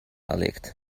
erlegt